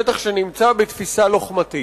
שטח שנמצא בתפיסה לוחמתית.